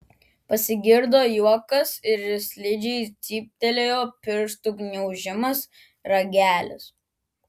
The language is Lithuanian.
pasigirdo juokas ir slidžiai cyptelėjo pirštų gniaužiamas ragelis